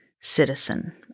citizen